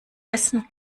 essen